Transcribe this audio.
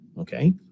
okay